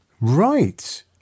Right